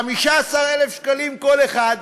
15,000 שקלים כל אחד.